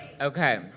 Okay